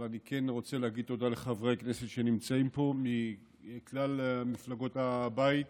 אבל אני כן רוצה להגיד תודה לחברי הכנסת שנמצאים פה מכלל מפלגות הבית.